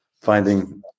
finding